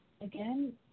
again